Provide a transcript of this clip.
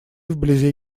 вблизи